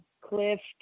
Cliff